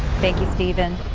thank you stephen.